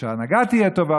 כשההנהגה תהיה טובה,